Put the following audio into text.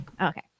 Okay